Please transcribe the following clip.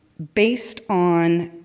based on